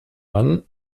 mann